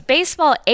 Baseball